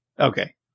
okay